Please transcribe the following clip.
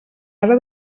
ara